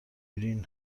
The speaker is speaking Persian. گرین